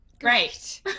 Great